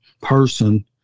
person